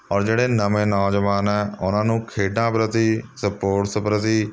ਔਰ ਜਿਹੜੇ ਨਵੇਂ ਨੌਜਵਾਨ ਹੈ ਉਹਨਾਂ ਨੂੰ ਖੇਡਾਂ ਪ੍ਰਤੀ ਸਪੋਰਟਸ ਪ੍ਰਤੀ